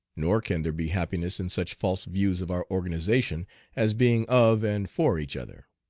nor can there be happiness in such false views of our organization as being of and for each other.